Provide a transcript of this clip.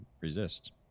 resist